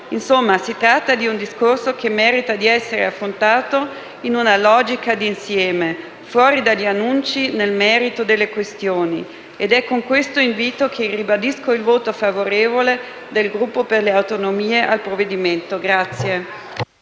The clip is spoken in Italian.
Insomma, si tratta di un discorso che merita di essere affrontato in una logica d'insieme, fuori dagli annunci, nel merito delle questioni. Ed è con questo invito che ribadisco il voto favorevole del Gruppo per le Autonomie al provvedimento.